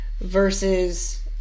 versus